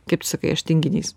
kaip tu sakai aš tinginys